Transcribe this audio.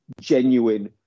genuine